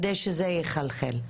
כדי שזה יחלחל.